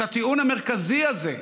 את הטיעון המרכזי הזה,